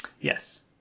Yes